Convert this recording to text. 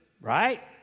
right